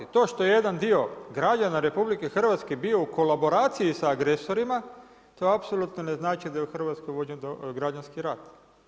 To što jedan dio građana RH bio u kolaboraciji sa agresorima, to apsolutno ne znači da je u Hrvatskoj vođen građanski rat.